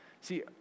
See